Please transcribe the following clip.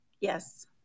Yes